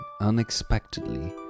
unexpectedly